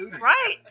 Right